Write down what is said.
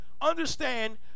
Understand